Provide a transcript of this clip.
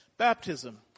baptism